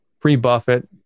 pre-Buffett